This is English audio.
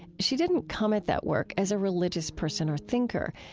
she didn't come at that work as a religious person or thinker,